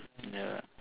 ya